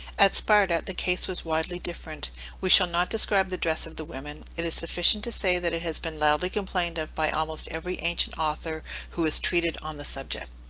at sparta, the case was widely different we shall not describe the dress of the women it is sufficient to say that it has been loudly complained of by almost every ancient author who has treated on the subject.